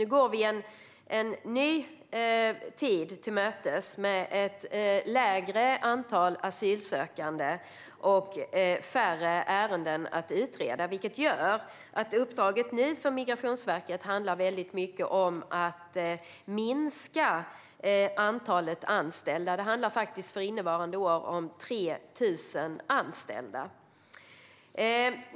Nu går vi en ny tid till mötes med ett lägre antal asylsökande och färre ärenden att utreda, vilket gör att uppdraget för Migrationsverket nu handlar mycket om att minska antalet anställda. Det handlar för innevarande år om 3 000 anställda.